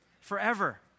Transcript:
Forever